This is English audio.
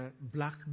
black